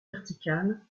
vertical